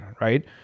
right